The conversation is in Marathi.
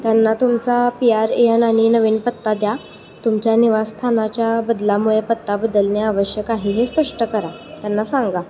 त्यांना तुमचा पी आर ए एन आणि नवीन पत्ता द्या तुमच्या निवासस्थानाच्या बदलामुळे पत्ता बदलणे आवश्यक आहे हे स्पष्ट करा त्यांना सांगा